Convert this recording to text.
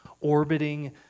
orbiting